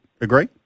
agree